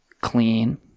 Clean